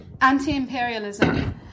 anti-imperialism